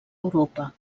europa